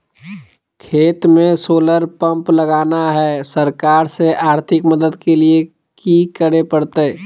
खेत में solar pump लगाना है, सरकार से आर्थिक मदद के लिए की करे परतय?